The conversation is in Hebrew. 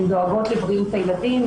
הן דואגות לבריאות הילדים,